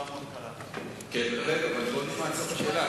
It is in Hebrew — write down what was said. בוא נשמע את סוף השאלה.